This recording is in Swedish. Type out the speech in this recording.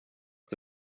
att